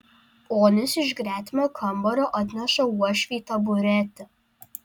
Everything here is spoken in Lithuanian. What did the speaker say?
onis iš gretimo kambario atneša uošvei taburetę